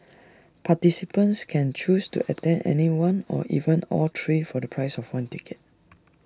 participants can choose to attend any one or even all three for the price of one ticket